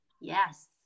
Yes